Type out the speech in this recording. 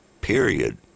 period